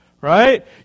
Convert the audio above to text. Right